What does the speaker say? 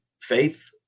faith